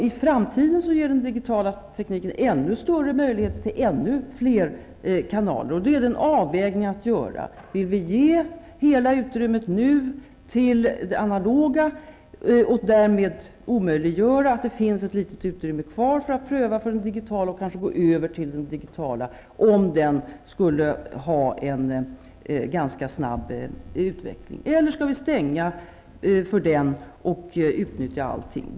I framtiden ger den digitala tekniken ännu större möjligheter till ännu fler kanaler. Detta är en avvägning att göra: Vill vi ge hela utrymmet till det analoga och därmed omöjliggöra att det finns ett litet utrymme kvar för att pröva för det digitala och kanske gå över till det digitala om det där skulle visa sig vara en ganska snabb utveckling, eller skall vi stänga för denna möjlighet och utnyttja allt nu?